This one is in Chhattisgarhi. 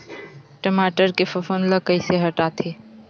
टमाटर के फफूंद ल कइसे हटाथे?